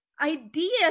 ideas